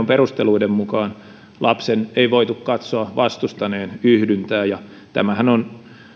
perusteluiden mukaan lapsen ei voitu katsoa vastustaneen yhdyntää tämähän on